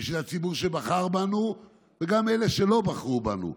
בשביל הציבור שבחר בנו וגם אלה שלא בחרו בנו.